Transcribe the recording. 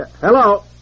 Hello